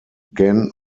gen